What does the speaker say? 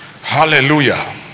Hallelujah